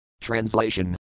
Translation